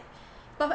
but